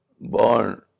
born